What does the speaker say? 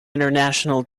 international